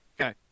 Okay